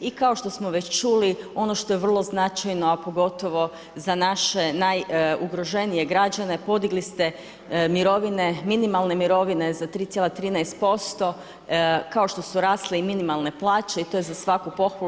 I kao što smo već čuli ono što je vrlo značajno a pogotovo za naše najugroženije građane podigli ste mirovine, minimalne mirovine za 3,13%, kao što su rasle i minimalne plaće i to je za svaku pohvalu.